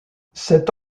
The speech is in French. cette